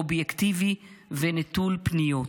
אובייקטיבי ונטול פניות.